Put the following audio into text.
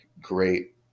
great